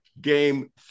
game